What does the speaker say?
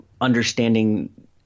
understanding